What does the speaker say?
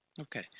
Okay